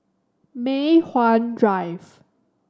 Mei Hwan Drive